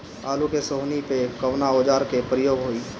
आलू के सोहनी में कवना औजार के प्रयोग होई?